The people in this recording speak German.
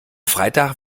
freitag